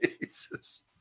Jesus